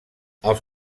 els